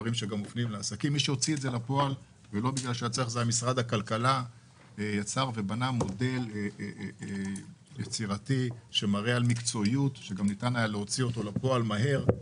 משרד הכלכלה בנה מודל יצירתי שניתן היה להוציא אותו לפועל מהר.